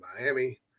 Miami